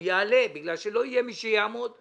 הוא יעלה בגלל שלא יהיה מי שיעמוד מולו.